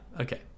Okay